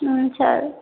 sir